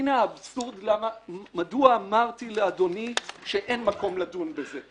הנה האבסורד מדוע אמרתי לאדוני שאין מקום לדון בזה.